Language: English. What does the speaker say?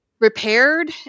repaired